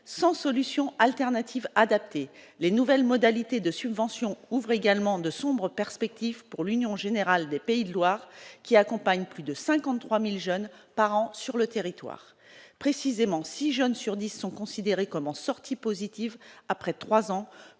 sans solution alternative, les nouvelles modalités de subventions ouvre également de sombres perspectives pour l'Union générale des Pays de Loire qui accompagne, plus de 53000 jeunes par an sur le territoire, précisément, 6 jeunes sur 10 sont considérés comme en sortie positive après 3 ans